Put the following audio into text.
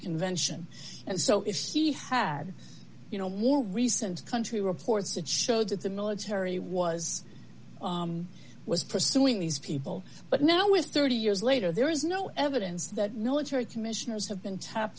convention and so if he had you know more recent country reports that showed that the military was was pursuing these people but now with thirty years later there is no evidence that military commissions have been t